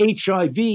HIV